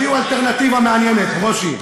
תביאו אלטרנטיבה מעניינת, ברושי.